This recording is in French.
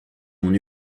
mon